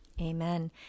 Amen